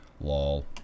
Lol